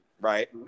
right